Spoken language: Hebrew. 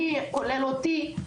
כולל אותי,